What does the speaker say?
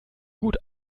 gut